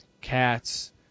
Cats